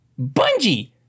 Bungie